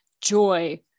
joy